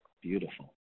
Beautiful